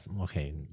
okay